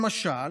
למשל,